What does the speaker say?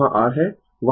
वहां R है